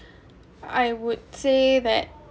I would say that